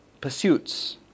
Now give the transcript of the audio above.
pursuits